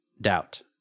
doubt